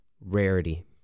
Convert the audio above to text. rarity